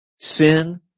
Sin